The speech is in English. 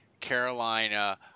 Carolina